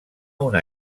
una